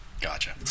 gotcha